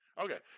Okay